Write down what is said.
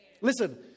Listen